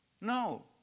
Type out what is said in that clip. no